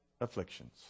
afflictions